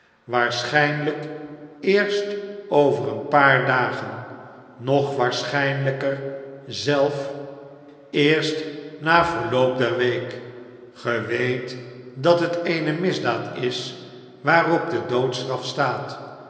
waarsclujnljjk eerst over een paar dagen nog waarschijnlijker zelf eerst na verloop der week ge weet dat het eene misdaad is waarop de doodstraf staat